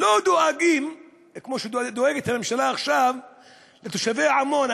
לא דואגים כמו שדואגת הממשלה עכשיו לתושבי עמונה,